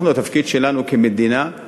התפקיד שלנו כמדינה הוא